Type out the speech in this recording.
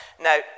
Now